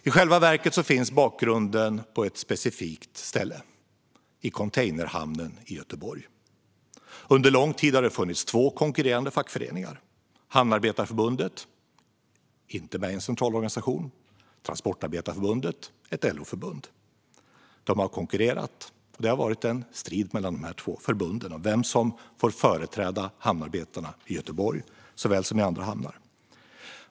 I själva verket finns bakgrunden på ett specifikt ställe, i containerhamnen i Göteborg. Under lång tid har det där funnits två konkurrerande fackföreningar: Hamnarbetarförbundet, som inte är med i en centralorganisation, och Transportarbetareförbundet, som är ett LO-förbund. De har konkurrerat. Det har varit en strid mellan dessa båda förbund om vem som får företräda hamnarbetarna i Göteborg såväl som i andra hamnar.